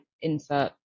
Insert